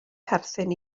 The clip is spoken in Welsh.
perthyn